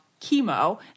chemo